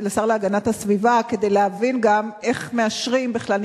הסביבה כדי להבין גם איך מאשרים בכלל,